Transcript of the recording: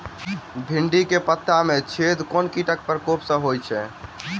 भिन्डी केँ पत्ता मे छेद केँ कीटक प्रकोप सऽ होइ छै?